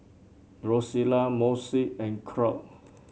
Rosella Moshe and Claud